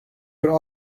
would